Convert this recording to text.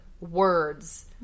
Words